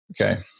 Okay